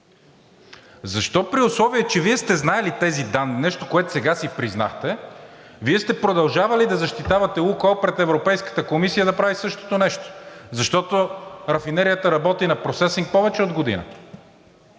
Защо, при условие че Вие сте знаели тези данни – нещо, което сега си признахте, сте продължавали да защитавате „Лукойл“ пред Европейската комисия да прави същото нещо?! Защото рафинерията работи на процесинг повече от година,